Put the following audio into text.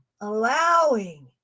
allowing